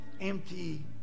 empty